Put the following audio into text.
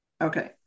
Okay